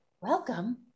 Welcome